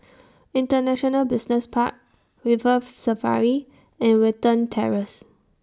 International Business Park River Safari and Watten Terrace